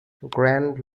grand